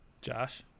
josh